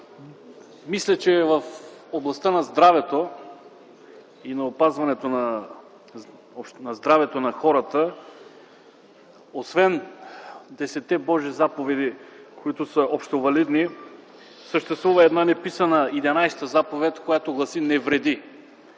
Мисля, че в областта на здравето и на опазването на здравето на хората, освен 10-те божи заповеди, които са общовалидни, съществува една неписана 11-а заповед, която гласи „Не вреди”.